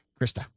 krista